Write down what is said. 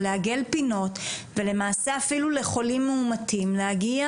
לעגל פינות ולמעשה אפילו לחולים מאומתים להגיע